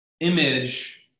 image